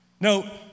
No